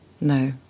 no